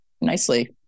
nicely